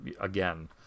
again